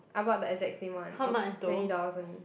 I bought the exact same one it twenty dollars only